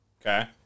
Okay